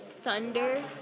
Thunder